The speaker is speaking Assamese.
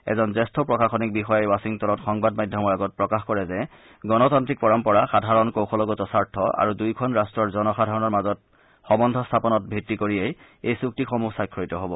এজন জ্যেষ্ঠ প্ৰশাসনিক বিষয়াই ৱাখিংটনত সংবাদ মাধ্যমৰ আগত প্ৰকাশ কৰে যে গণতান্ত্ৰিক পৰম্পৰা সাধাৰণ কৌশলগত স্বাৰ্থ আৰু দুয়োখন ৰাট্টৰ জনসাধাৰণৰ মাজত সম্বন্ধ স্থাপনত ভিত্তি কৰিয়েই এই চুক্তিসমূহ স্বাক্ষৰিত হ'ব